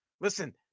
listen